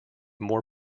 more